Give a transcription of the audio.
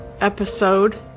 episode